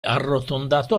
arrotondato